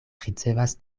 ricevas